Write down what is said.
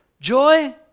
Joy